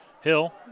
Hill